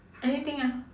anything ah